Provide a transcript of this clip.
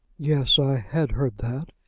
yes i had heard that.